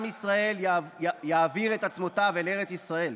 ישראל יעביר את עצמותיו אל ארץ ישראל.